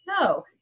no